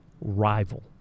rival